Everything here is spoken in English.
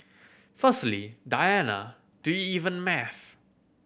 firstly Diana do you even math